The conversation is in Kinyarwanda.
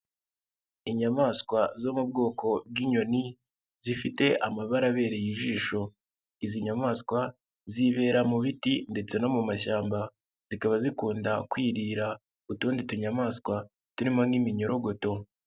Inyamaswa zo mu bwoko bw'inyoni zifite amabarabereye ijisho, izi nyamaswa zibera mu biti ndetse no mu mashyamba, zikaba zikunda kwirira utundi tunyamaswa turimo n'iminyorogoto.